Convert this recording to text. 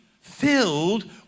filled